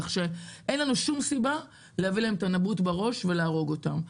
אין לנו שום סיבה להביא להם את הנבוט בראש ולהרוג אותם.